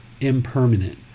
impermanent